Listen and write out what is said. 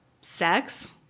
sex